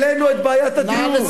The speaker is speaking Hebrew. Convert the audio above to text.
את בעיית הדיור.